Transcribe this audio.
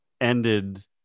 ended